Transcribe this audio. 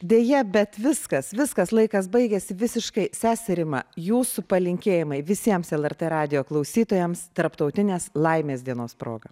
deja bet viskas viskas laikas baigiasi visiškai sese rima jūsų palinkėjimai visiems lrt radijo klausytojams tarptautinės laimės dienos proga